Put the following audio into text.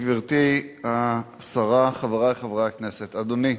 גברתי השרה, חברי חברי הכנסת, אדוני,